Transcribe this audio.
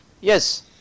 Yes